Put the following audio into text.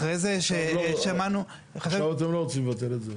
אחרי זה שמענו --- עכשיו אתם לא רוצים לבטל את זה.